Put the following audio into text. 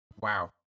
Wow